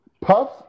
Puff